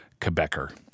Quebecer